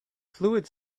fluid